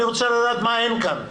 אני רוצה לדעת מה אין כאן.